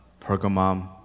pergamum